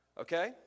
Okay